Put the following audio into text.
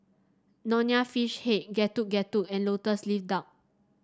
Nonya Fish Head Getuk Getuk and lotus leaf duck